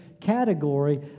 category